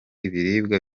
ibiribwa